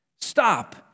Stop